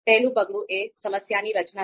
પહેલું પગલું એ સમસ્યાની રચના છે